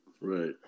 Right